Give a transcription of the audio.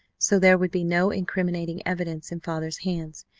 so there would be no incriminating evidence in father's hands,